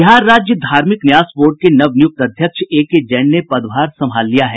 बिहार राज्य धार्मिक न्यास बोर्ड के नव नियुक्त अध्यक्ष एके जैन ने पदभार संभाल लिया है